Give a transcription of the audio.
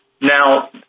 Now